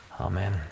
Amen